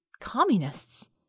communists